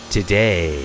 Today